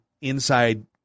inside